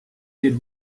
did